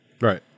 Right